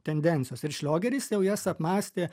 tendencijos ir šliogeris jau jas apmąstė